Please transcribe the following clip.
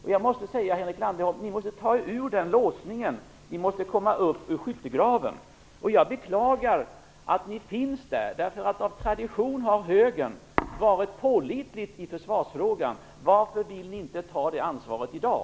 Ni måste ta er ur den låsningen, Henrik Landerholm. Ni måste komma upp ur skyttegraven. Jag beklagar att ni finns där. Av tradition har Högern varit pålitligt i försvarsfrågan. Varför vill ni inte ta det ansvaret i dag?